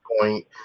point